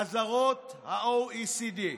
אזהרות ה-OECD,